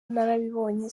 narabibonye